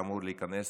והוא היה אמור להיכנס